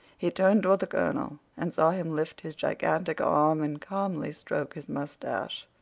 he turned toward the colonel and saw him lift his gigantic arm and calmly stroke his mustache.